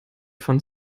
von